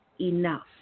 enough